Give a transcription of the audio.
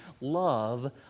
love